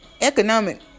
economic